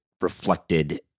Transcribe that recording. reflected